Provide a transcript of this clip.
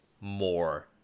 more